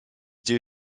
due